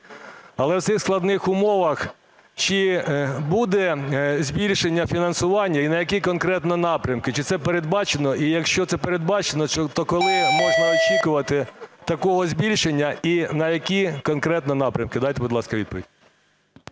Але в цих складних умовах, чи буде збільшення фінансування і на які конкретно напрямки? Чи це передбачено? І якщо це передбачено, то коли можна очікувати такого збільшення, і на які конкретно напрямки? Дайте, будь ласка, відповідь.